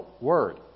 word